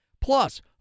Plus